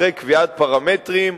אחרי קביעת פרמטרים,